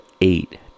eight